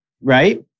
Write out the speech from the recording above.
Right